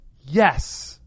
Yes